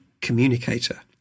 communicator